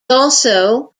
also